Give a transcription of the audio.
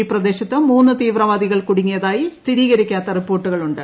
ഈ പ്രദേശത്ത് മൂന്ന് തീവ്രവാദികൾ കുടുങ്ങിയതായി സ്ഥിരീകരിക്കാത്ത റിപ്പോർട്ടുകളുണ്ട്